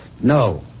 No